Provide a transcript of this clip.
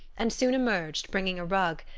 and soon emerged, bringing a rug,